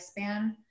lifespan